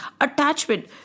Attachment